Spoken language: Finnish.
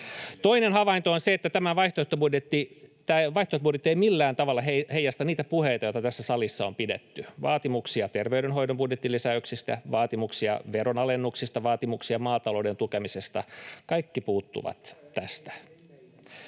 Toinen havainto on se, että tämä vaihtoehtobudjetti ei millään tavalla heijasta niitä puheita, joita tässä salissa on pidetty: vaatimuksia terveydenhoidon budjettilisäyksistä, vaatimuksia veronalennuksista, vaatimuksia maatalouden tukemisesta — kaikki puuttuvat tästä.